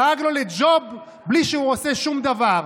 דאג לו לג'וב בלי שהוא עושה שום דבר,